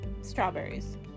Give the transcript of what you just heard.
Strawberries